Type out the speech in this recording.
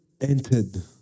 entered